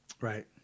Right